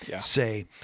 say